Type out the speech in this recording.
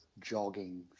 jogging